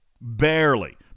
Barely